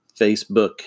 Facebook